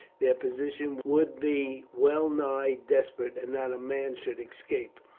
their position would be well nigh desperate, and not a man should escape.